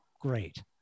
great